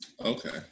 Okay